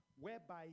whereby